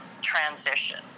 transition